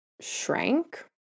shrank